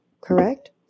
correct